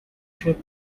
ship